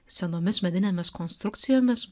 senomis medinėmis konstrukcijomis